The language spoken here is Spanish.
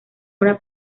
una